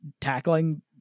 tackling